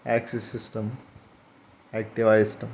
access ఇష్టం Activa ఇష్టం